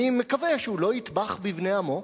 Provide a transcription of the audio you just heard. אני מקווה שהוא לא יטבח בבני עמו.